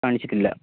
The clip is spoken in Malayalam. കാണിച്ചിട്ടില്ല